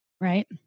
right